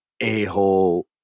a-hole